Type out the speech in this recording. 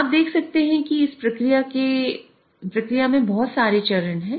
आप देख सकते हैं कि इस प्रक्रिया में बहुत सारे चरण हैं